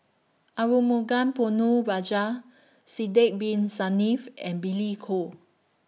Arumugam Ponnu Rajah Sidek Bin Saniff and Billy Koh